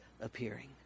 appearing